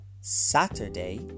Saturday